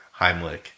Heimlich